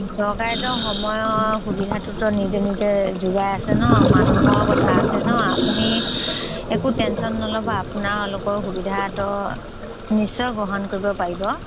চৰকাৰেতো সময়ৰ সুবিধাটোতো নিজে নিজে যোগাই আছে ন মানুহৰ কথা আছে ন আপুনি একো টেনচন নল'ব আপোনলোকৰ সুবিধাটো নিশ্চয় গ্ৰহণ কৰিব পাৰিব